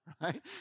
right